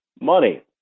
money